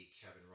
Kevin